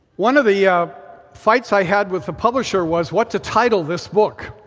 one of the fights i had with the publisher was what to title this book.